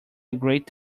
great